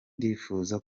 ndifuza